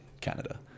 Canada